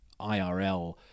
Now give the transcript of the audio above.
IRL